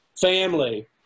family